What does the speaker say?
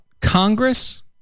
Congress